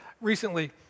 Recently